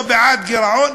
לא בעד גירעון,